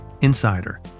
insider